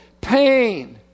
Pain